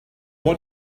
what